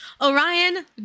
Orion